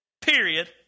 Period